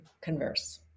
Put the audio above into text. converse